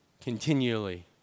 continually